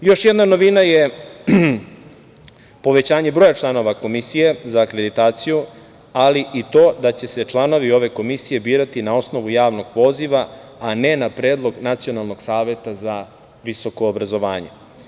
Još jedna novina je povećanje broja članova Komisije za akreditaciju, ali i to da će se članovi ove komisije birati na osnovu javnog poziva, a ne na predlog Nacionalnog saveta za visoko obrazovanje.